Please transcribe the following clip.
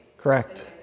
Correct